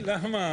אין לי טענות.